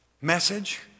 message